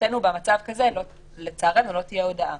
במצב כזה לצערנו לא תהיה הודעה.